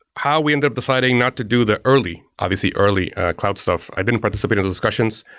how we end up deciding not to do the early, obviously, early cloud stuff. i didn't participate in the discussions.